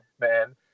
man